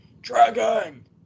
Dragon